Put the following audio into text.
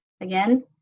Again